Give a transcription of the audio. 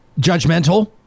judgmental